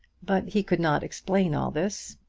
but he could not explain all this,